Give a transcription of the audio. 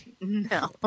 No